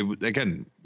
again